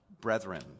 brethren